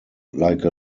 like